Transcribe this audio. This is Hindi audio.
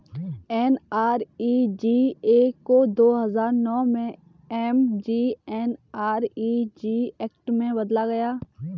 एन.आर.ई.जी.ए को दो हजार नौ में एम.जी.एन.आर.इ.जी एक्ट में बदला गया